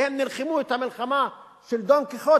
והם נלחמו את המלחמה של דון קיחוטה,